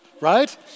right